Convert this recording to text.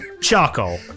charcoal